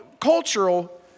cultural